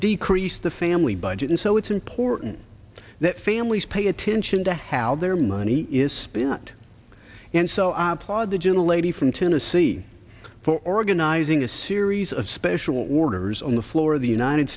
decrease the family budget and so it's important that families pay attention to how their money is spent and so i applaud the gentle lady from tennessee for organizing a series of special orders on the floor of the united